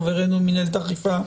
חברינו ממינהלת האכיפה,